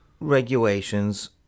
regulations